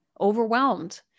overwhelmed